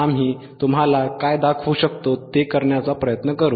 आम्ही तुम्हाला काय दाखवू शकतो ते करण्याचा प्रयत्न करू